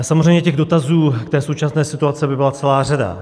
Samozřejmě dotazů k současné situaci by byla celá řada.